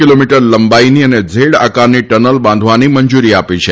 kilo metre લંબાઇની અને Z આકારની ટનલ બાંધવાની મંજુરી આપી છે